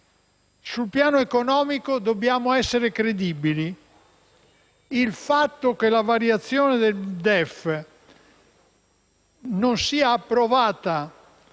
Sul piano economico dobbiamo essere credibili. Il fatto che la variazione del DEF non sia approvata